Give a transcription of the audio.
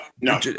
no